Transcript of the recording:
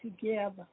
together